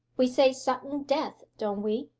we say sudden death, don't we?